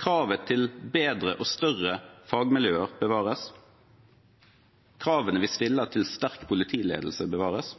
Kravet til bedre og større fagmiljøer bevares. Kravene vi stiller til sterk politiledelse, bevares.